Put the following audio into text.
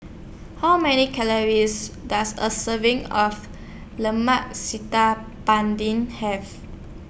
How Many Calories Does A Serving of Lemak Ban Ding Have